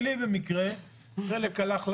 שהילדים שלי במקרה, חלק הלך להייטק,